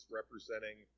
representing